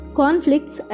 conflicts